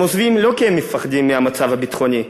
הם עוזבים לא כי הם מפחדים מהמצב הביטחוני,